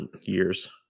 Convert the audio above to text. years